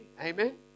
Amen